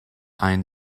ein